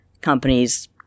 companies